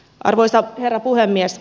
arvoisa herra puhemies